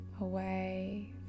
away